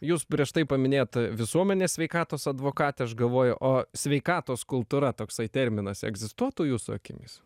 jūs prieš tai paminėjpt visuomenės sveikatos advokatę aš galvoju o sveikatos kultūra toksai terminas egzistuotų jūsų akimis